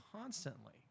constantly